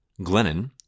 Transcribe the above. Glennon